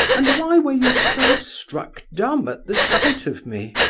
and why were you so struck dumb at the sight of me?